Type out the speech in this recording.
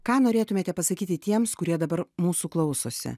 ką norėtumėte pasakyti tiems kurie dabar mūsų klausosi